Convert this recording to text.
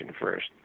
first